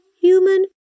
human